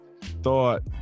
thought